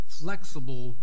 flexible